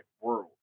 World